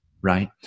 right